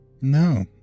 No